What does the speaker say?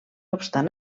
obstant